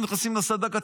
והם נכנסים לסד"כ הצה"לי.